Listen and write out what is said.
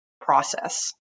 process